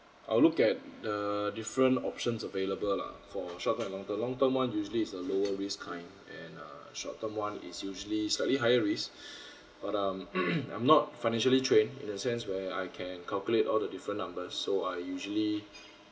I'll look at the different options available lah for short term and long term long term one usually is a lower risk kind and uh short term one is usually slightly higher risk but um I'm not financially train in the sense where I can calculate all the different numbers so I usually